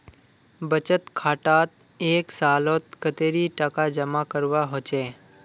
बचत खातात एक सालोत कतेरी टका जमा करवा होचए?